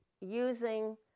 using